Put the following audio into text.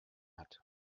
hat